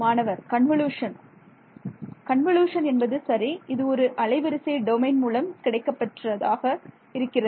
மாணவர் convolution convolution என்பது சரி இது ஒரு அலைவரிசை டொமைன் மூலம் கிடைக்கப் பெற்றதாக இருக்கிறது